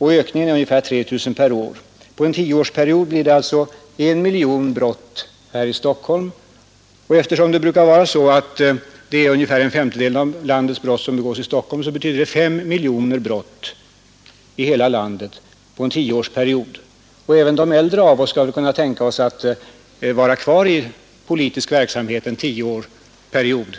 Ökningen är ungefär 3 000 per år. På en tioårsperiod blir det alltså 1 miljon brott här i Stockholm. Eftersom ungefär en femtedel av brotten i landet begås i Stockholm, betyder det 5 miljoner brott i hela landet på en tioårsperiod. Även många av de äldre bland oss kan väl tänka sig att vara kvar i politisk verksamhet en tioårsperiod,